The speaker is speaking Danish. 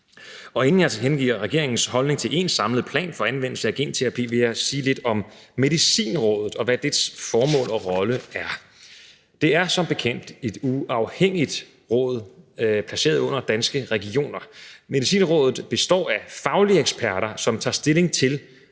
Inden jeg tilkendegiver regeringens holdning til en samlet plan for anvendelse af genterapi, vil jeg sige lidt om Medicinrådet, og hvad dets formål og rolle er. Det er som bekendt et uafhængigt råd placeret under Danske Regioner. Medicinrådet består af faglige eksperter, som tager stilling til, om der er